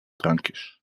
drankjes